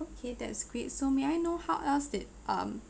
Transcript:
okay that's great so may I know how else did um